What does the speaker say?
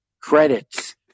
Credits